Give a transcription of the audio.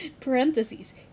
Parentheses